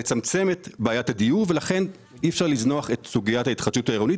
לצמצם את בעיית הדיור ולכן אי-אפשר לזנוח את נושא ההתחדשות העירונית